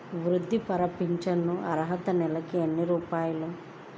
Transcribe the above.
వృద్ధాప్య ఫింఛను అర్హత నెలకి ఎన్ని రూపాయలు?